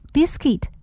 Biscuit